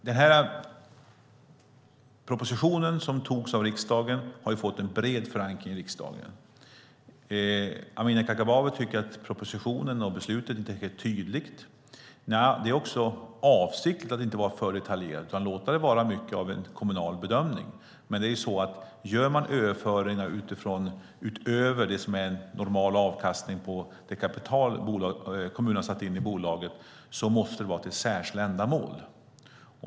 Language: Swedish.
Den proposition som beslutades av riksdagen har fått en bred förankring i riksdagen. Amineh Kakabaveh tycker att propositionen och beslutet inte är helt tydliga. Nej, avsikten är att inte vara alltför detaljerad utan låta det vara mycket av en kommunal bedömning. Men gör man överföringar utöver det som är en normal avkastning på det kapital som kommunen har satt in i bolaget, då måste det vara till särskilda ändamål.